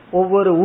over